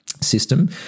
system